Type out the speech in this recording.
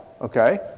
Okay